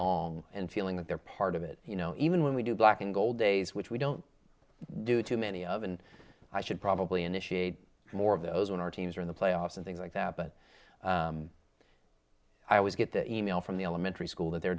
belong and feeling that they're part of it you know even when we do black and gold days which we don't do too many of and i should probably initiate more of those when our teams are in the playoffs and things like that but i always get the e mail from the elementary school that they're